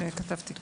כן, זה מה שכתבתי.